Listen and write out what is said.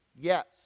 Yes